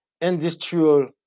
industrial